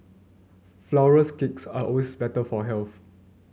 flowers cakes are always better for health